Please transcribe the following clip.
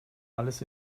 alles